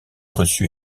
reçu